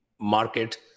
market